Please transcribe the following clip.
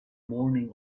morning